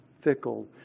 fickle